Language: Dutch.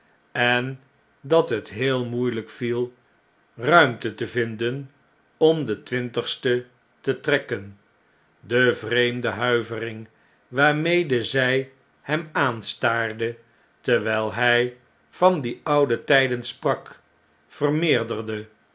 en dat het heel moeieiyk viel ruimte te vinden om de twintigste te trekken de vreemde huivernig waarmede zij hem aanstaarde terwyi hij van die oude tijden sprak